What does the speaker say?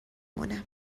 مونم